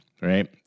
right